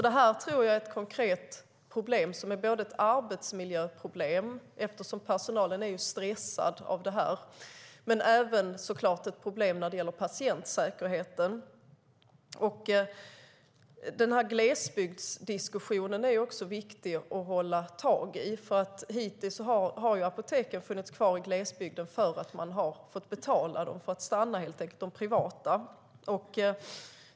Det är både ett arbetsmiljöproblem, eftersom personalen är stressad, och ett problem vad gäller patientsäkerheten. Glesbygdsdiskussionen är viktig att ta tag i. Hittills har apoteken funnits kvar i glesbygden eftersom man betalat dem för att bli kvar, alltså de privata apoteken.